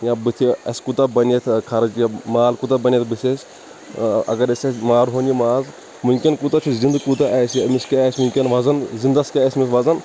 یا بُتھِ اَسہِ کوتاہ بَنہِ یَتھ ٲں خرٕچ مال کوتاہ بَنہِ بُتھِ اَسہِ ٲں اَگر أسۍ یہِ مارہون یہِ ماز وُنکیٚن کوتاہ چھِ زِنٛدٕ کوتاہ آسہِ أمِس کیٛاہ آسہِ وُنکیٚن وزَن زِنٛدَس کیٛاہ آسہِ أمِس وزَن